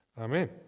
Amen